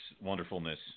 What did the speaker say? wonderfulness